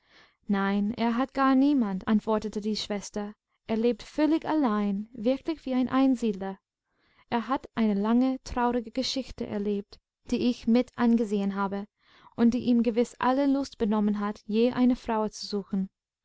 nein er hat gar niemanden antwortete die schwester er lebt völlig allein wirklich wie ein einsiedler er hat eine lange traurige geschichte erlebt die ich mit angesehen habe und die ihm gewiß alle lust benommen hat je eine frau zu suchen